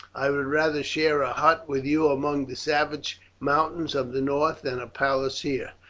i would rather share a hut with you among the savage mountains of the north than a palace here.